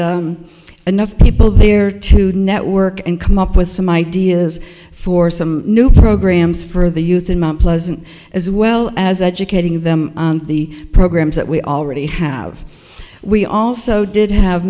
enough people there to network and come up with some ideas for some new programs for the youth in mount pleasant as well as educating them the programs that we already have we also did have